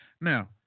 Now